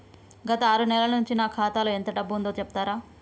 గత ఆరు నెలల నుంచి నా ఖాతా లో ఎంత డబ్బు ఉందో చెప్తరా?